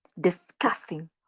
discussing